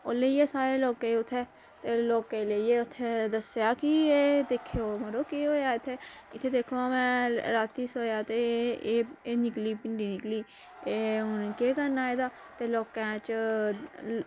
ओह् लेइया सारे लोकें ई उ'त्थें ते लोकें लेइयै उ'त्थें दस्सेआ ते की एह् दिक्खेओ मड़ो केह् होया इ'त्थें इ'त्थें दिक्खो रातीं सोया ते एह् निकली पिंडी निकली ऐ ते केह् करना एह्दा ते लोकें च